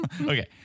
Okay